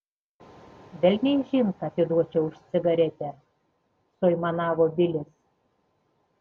velniaižin ką atiduočiau už cigaretę suaimanavo bilis